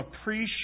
appreciate